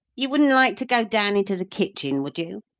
you wouldn't like to go down into the kitchen, would you?